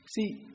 see